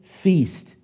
feast